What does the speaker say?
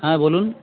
হ্যাঁ বলুন